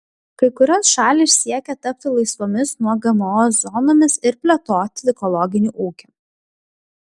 kai kurios šalys siekia tapti laisvomis nuo gmo zonomis ir plėtoti ekologinį ūkį